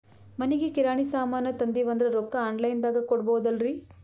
ಮನಿಗಿ ಕಿರಾಣಿ ಸಾಮಾನ ತಂದಿವಂದ್ರ ರೊಕ್ಕ ಆನ್ ಲೈನ್ ದಾಗ ಕೊಡ್ಬೋದಲ್ರಿ?